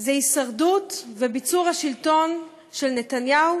זה הישרדות וביצור השלטון של נתניהו